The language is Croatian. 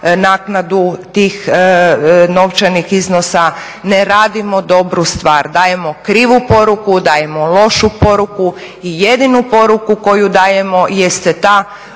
naknadu tih novčanih iznosa ne radimo dobru stvar. Dajemo krivu poruku, dajemo lošu poruku i jedinu poruku koju dajemo jeste ta